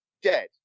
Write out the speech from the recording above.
dead